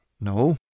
No